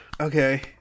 Okay